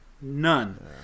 None